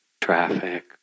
traffic